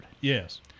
Yes